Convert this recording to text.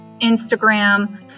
Instagram